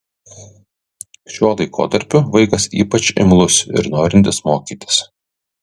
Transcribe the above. šiuo laikotarpiu vaikas ypač imlus ir norintis mokytis